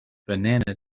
banana